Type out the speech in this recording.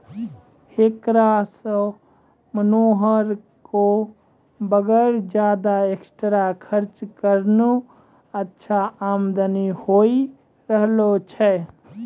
हेकरा सॅ मनोहर कॅ वगैर ज्यादा एक्स्ट्रा खर्च करनॅ अच्छा आमदनी होय रहलो छै